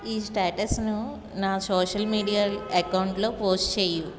ఈ స్టేటస్ను నా సోషల్ మీడియా ఎకౌంట్లో పోస్ట్ చేయుము